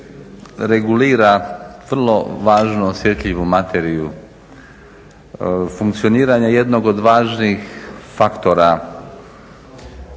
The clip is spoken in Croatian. regulira vrlo važno osjetljivu materiju funkcioniranja jednog od važnih faktora